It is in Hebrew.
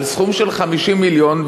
על סכום של 50 מיליון,